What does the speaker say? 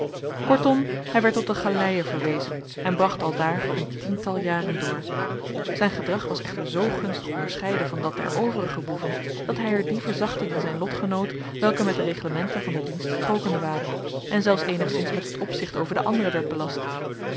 kortom hij werd tot de galeien verwezen en bracht aldaar een tiental jaren door zijn gedrag was echter zoo gunstig onderscheiden van dat der overige boeven dat hij er die verzachting in zijn lot genoot welke met de reglementen van den dienst strookende waren en zelfs eenigszins met het opzicht over de anderen werd belast